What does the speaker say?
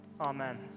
Amen